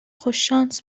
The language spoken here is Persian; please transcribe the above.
خوششانس